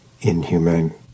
inhumane